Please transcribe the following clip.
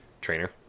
trainer